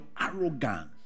arrogance